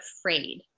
afraid